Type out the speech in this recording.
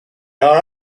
are